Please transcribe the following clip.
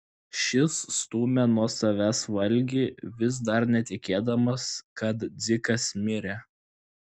šis stūmė nuo savęs valgį vis dar netikėdamas kad dzikas mirė